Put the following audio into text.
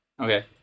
Okay